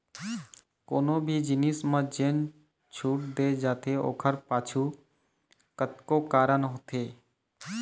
कोनो भी जिनिस म जेन छूट दे जाथे ओखर पाछू कतको कारन होथे